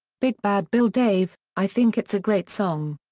big bad bill dave i think it's a great song.